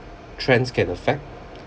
trends can affect